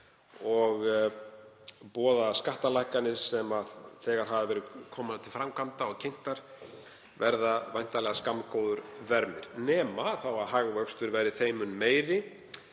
og boðaðar skattalækkanir sem þegar hafa verið komnar til framkvæmda og kynntur verður væntanlega skammgóður vermir nema hagvöxtur verði þeim mun meiri,